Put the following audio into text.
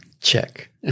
Check